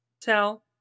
tell